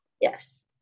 Yes